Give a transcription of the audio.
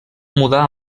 mudar